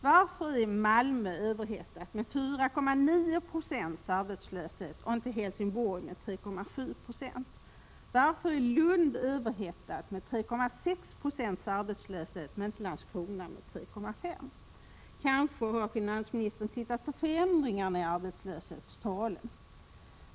Varför är Lund överhettat med en arbetslöshet på 3,6 26 men inte Landskrona med 3,5 46? Kanske har finansministern tittat på förändringarna i arbetslöshetstalen.